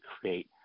create